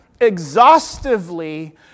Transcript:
exhaustively